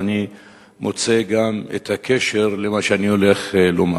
אני מוצא גם את הקשר למה שאני הולך לומר.